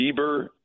Bieber